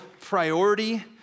priority